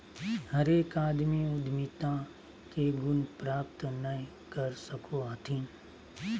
हरेक आदमी उद्यमिता के गुण प्राप्त नय कर सको हथिन